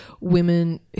women